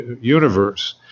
universe